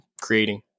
creating